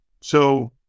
So-